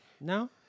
No